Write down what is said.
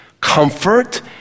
comfort